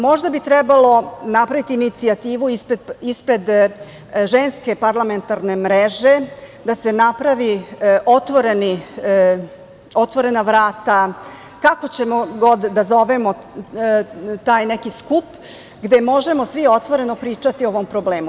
Možda bi trebalo napraviti inicijativu ispred Ženske parlamentarne mreže, da se naprave otvorena vrata, kako ćemo god da zovemo taj neki skup gde možemo svi otvoreno pričati o ovom problemu.